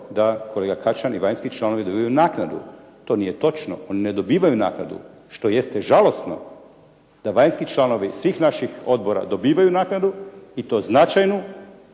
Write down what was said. da kolega Kačan i vanjski članovi dobivaju naknadu. To nije točno, oni ne dobivaju naknadu što jeste žalosno da vanjski članovi svih naših odbora dobivaju naknadu i to značajnu,